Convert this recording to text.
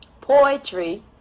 poetry